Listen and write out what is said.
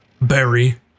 Barry